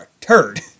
turd